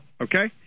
Okay